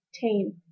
tame